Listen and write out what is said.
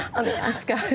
on the ascot.